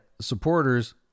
supporters